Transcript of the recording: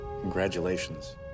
Congratulations